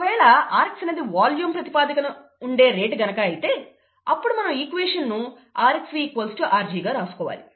ఒకవేళ rx అనేది volume ప్రాతిపదికను ఉండే రేట్ అయితే కనుక అప్పుడు మనం ఈక్వేషన్ ను rxV rg గా రాసుకోవాలి